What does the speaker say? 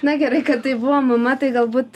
na gerai kad tai buvo mama tai galbūt